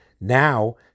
Now